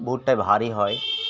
ভুট্টা ভারী হয়